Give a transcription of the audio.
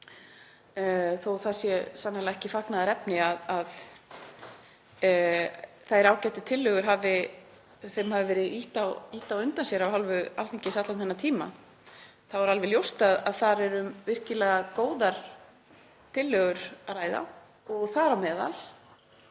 að það sé sannarlega ekki fagnaðarefni að þeim ágætu tillögum hafi verið ýtt á undan af hálfu Alþingis allan þennan tíma þá er alveg ljóst að þar er um virkilega góðar tillögur að ræða og þar á meðal